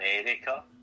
america